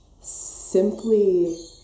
simply